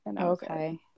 Okay